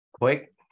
Quick